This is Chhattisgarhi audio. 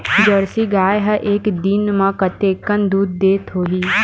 जर्सी गाय ह एक दिन म कतेकन दूध देत होही?